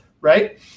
right